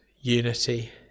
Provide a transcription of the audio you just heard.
unity